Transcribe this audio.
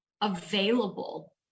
available